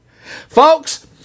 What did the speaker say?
Folks